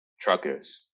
truckers